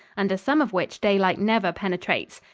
under some of which daylight never penetrates.